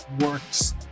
works